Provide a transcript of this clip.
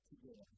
together